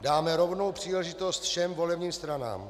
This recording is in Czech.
Dáme rovnou příležitost všem volebním stranám.